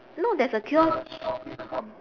no there's a kiosk